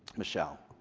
michelle?